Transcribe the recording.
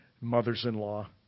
mothers-in-law